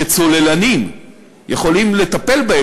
שצוללנים יכולים לטפל בו,